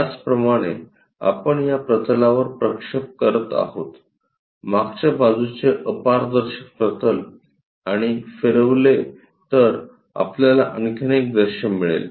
त्याचप्रमाणे आपण त्या प्रतलावर प्रक्षेप करत आहोत मागच्या बाजूचे अपारदर्शक प्रतल आणि फिरवले तर आपल्याला आणखी एक दृश्य मिळेल